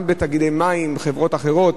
גם בתאגידי מים וחברות אחרות.